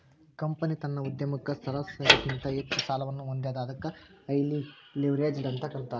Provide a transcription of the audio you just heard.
company ತನ್ನ ಉದ್ಯಮಕ್ಕ ಸರಾಸರಿಗಿಂತ ಹೆಚ್ಚ ಸಾಲವನ್ನ ಹೊಂದೇದ ಅದಕ್ಕ ಹೈಲಿ ಲಿವ್ರೇಜ್ಡ್ ಅಂತ್ ಅಂತಾರ